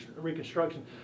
reconstruction